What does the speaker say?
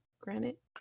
Granite